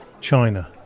China